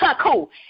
cool